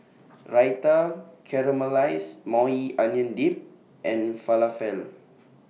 Raita Caramelized Maui Onion Dip and Falafel